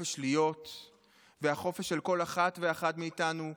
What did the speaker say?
החופש להיות והחופש של כל אחת ואחד מאיתנו ליצור,